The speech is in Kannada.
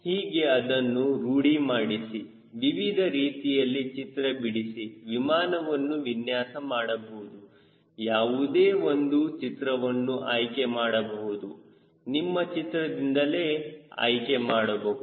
ಹೀಗೆ ಅದನ್ನು ರೂಢಿ ಮಾಡಿಸಿ ವಿವಿಧ ರೀತಿಯಲ್ಲಿ ಚಿತ್ರ ಬಿಡಿಸಿ ವಿಮಾನವನ್ನು ವಿನ್ಯಾಸ ಬಹುದು ಯಾವುದೇ ಒಂದು ಚಿತ್ರವನ್ನು ಆಯ್ಕೆ ಮಾಡಬಹುದು ನಿಮ್ಮ ಚಿತ್ರದಿಂದಲೇ ಆಯ್ಕೆ ಮಾಡಬಹುದು